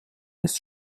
ist